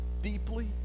deeply